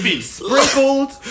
Sprinkled